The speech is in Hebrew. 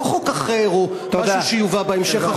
לא חוק אחר או משהו שיובא בהמשך.